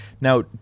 now